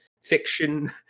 fiction